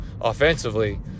Offensively